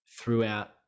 throughout